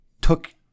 took